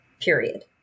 period